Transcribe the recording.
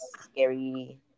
scary